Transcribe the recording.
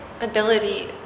ability